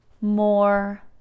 more